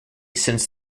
since